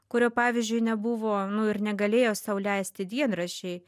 kurio pavyzdžiui nebuvo nu ir negalėjo sau leisti dienraščiai